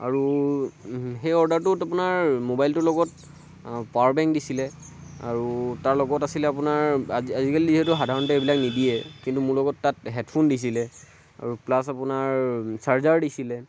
আৰু সেই অৰ্ডাৰটোত আপোনাৰ ম'বাইলটোৰ লগত পাৱাৰ বেংক দিছিলে আৰু তাৰ লগত আছিলে আপোনাৰ আজিকালি যিহেতু সাধাৰণতে এইবিলাক নিদিয়ে কিন্তু মোৰ লগত তাত হেডফোন দিছিলে আৰু প্লাছ আপোনাৰ চাৰ্জাৰ দিছিলে